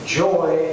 joy